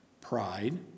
Pride